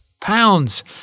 pounds